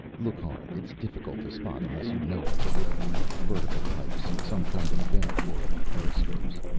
look hard. it's difficult to spot unless you know what to look for. vertical pipes. some kind of vent. or periscopes.